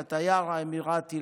לתייר האמירתי,